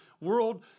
World